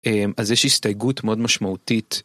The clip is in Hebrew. אז יש הסתייגות מאוד משמעותית.